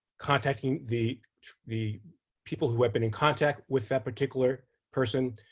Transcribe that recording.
contacting the the people who have been in contact with that particular person,